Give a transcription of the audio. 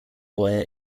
lawyer